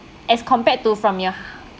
as compared to from your